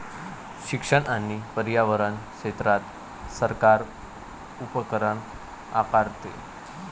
शिक्षण आणि पर्यावरण क्षेत्रात सरकार उपकर आकारते